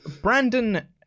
Brandon